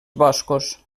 boscos